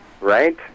Right